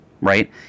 right